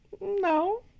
no